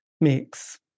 mix